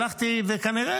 כנראה,